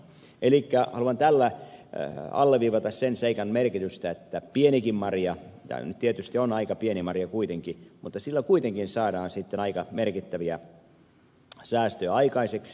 elikkä haluan tällä alleviivata sen seikan merkitystä että pienelläkin marjalla vaikka tämä nyt tietysti on aika pieni marja kuitenkin saadaan aika merkittäviä säästöjä aikaiseksi